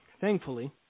thankfully